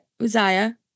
Uzziah